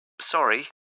Sorry